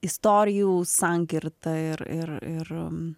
istorijų sankirta ir ir ir